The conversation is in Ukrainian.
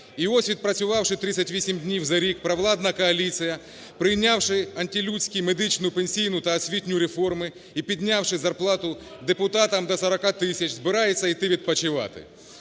І ось, відпрацювавши 38 днів за рік, провладна коаліція, прийнявши антилюдські медичну, пенсійну та освітню реформи і піднявши зарплату депутатам до 40 тисяч, збираються йти відпочивати.